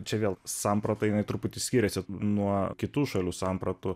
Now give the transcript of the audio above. čia vėl samprotavimai truputį skiriasi nuo kitų šalių sampratų